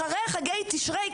אחרי חגי תשרי,